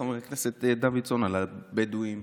חבר הכנסת סימון דוידסון דיבר על הבדואים.